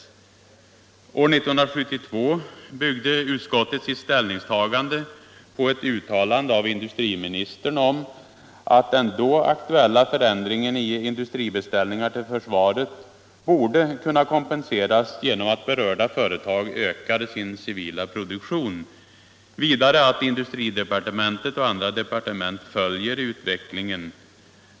År 1972 byggde utskottet sitt ställningstagande på ett uttalande av industriministern om att den då aktuella förändringen i industribeställningar till försvaret borde kunna kompenseras genom att berörda företag ökar sin civila produktion. Vidare att industridepartementet och andra departement följer utvecklingen.